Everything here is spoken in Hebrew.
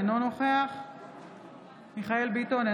אינו נוכח מיכאל מרדכי ביטון,